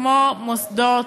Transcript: כמו מוסדות,